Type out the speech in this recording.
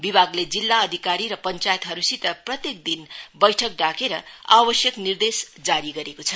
विभागले जिल्ला अधिकारी र पश्चायतहरूसित प्रत्येक दिन बैठक डाकेर आवश्यक निर्देश जारी गरेको छ